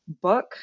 book